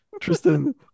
tristan